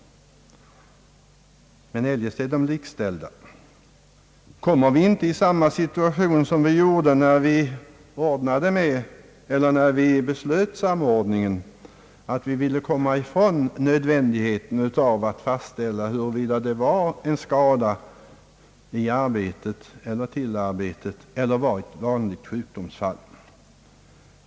Kommer vi inte enligt kommunisternas förslag till samma situation som då vi fattade beslutet om samordningen? Vi ville då komma ifrån nödvändigheten av att fastställa, huruvida anmälan gällde en skada som inträffat i, på väg till eller ifrån arbetet eller det var fråga om ett vanligt sjukdomsfall.